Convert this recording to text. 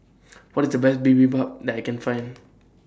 What IS The Best Bibimbap that I Can Find